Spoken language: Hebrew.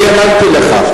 אני האמנתי לך.